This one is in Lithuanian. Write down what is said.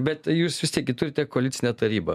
bet jūs vis tiek gi turite koalicinę tarybą